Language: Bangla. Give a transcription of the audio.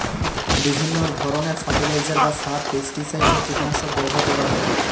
বিভিন্ন ধরণের ফার্টিলাইজার বা সার, পেস্টিসাইড বা কীটনাশক ব্যবহার করা হয়